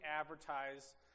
advertise